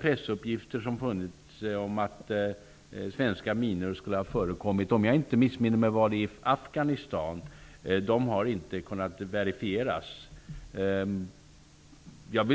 Pressuppgifterna om att svenska minor skulle ha förekommit gällde om jag inte missminner mig Afghanistan. Såvitt jag har förstått har de inte kunnat verifieras. Jag